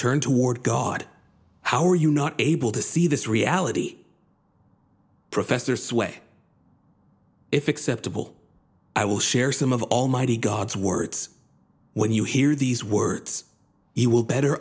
turn toward god how are you not able to see this reality professor sway if acceptable i will share some of almighty god's words when you hear these words he will better